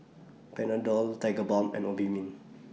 Panadol Tigerbalm and Obimin